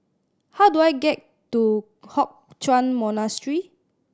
how do I get to Hock Chuan Monastery